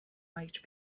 might